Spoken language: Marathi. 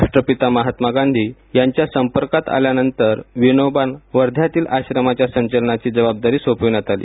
राष्ट्रपिता महात्मा गांधी यांच्या संपर्कात आल्यानंतर विनोबांना वर्ध्यातील आश्रमाच्या संचालनाची जबाबदारी सोपविण्यात आली